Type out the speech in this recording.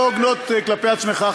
לא הוגנות כלפי עצמך,